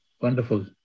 Wonderful